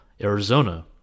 Arizona